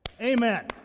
Amen